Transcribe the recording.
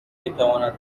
میتواند